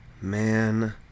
Man